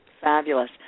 Fabulous